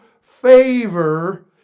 favor